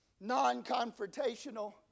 non-confrontational